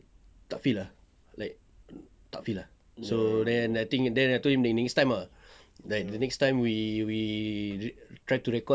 tak feel ah like tak feel ah so then I think then I told him next time ah like the next time we we we try to record